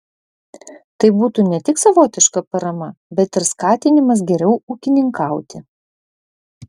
tai būtų ne tik savotiška parama bet ir skatinimas geriau ūkininkauti